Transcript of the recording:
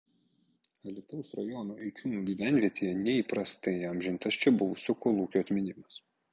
alytaus rajono eičiūnų gyvenvietėje neįprastai įamžintas čia buvusio kolūkio atminimas